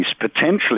potentially